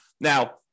Now